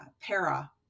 para